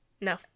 No